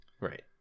right